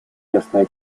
тесная